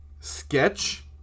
Sketch